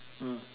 mm